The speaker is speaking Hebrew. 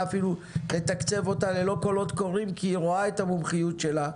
אפילו לתקצב אותה ללא קולות קוראים כי היא רואה את המומחיות שלה.